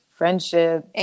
Friendship